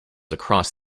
across